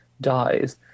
dies